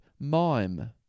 mime